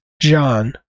John